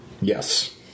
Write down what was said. Yes